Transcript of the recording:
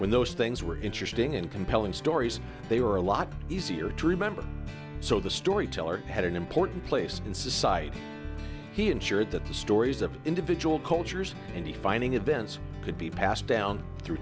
when those things were interesting and compelling stories they were a lot easier to remember so the storyteller had an important place in society he ensured that the stories of individual cultures and he finding events could be passed down through